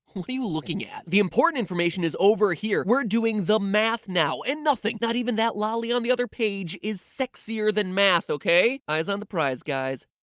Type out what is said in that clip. what are you looking at? the important information is over here! we're doing the math now and nothing, not even that loli on the other page is sexier than math, okay? eyes on the prize guys.